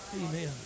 Amen